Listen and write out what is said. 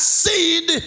seed